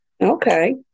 Okay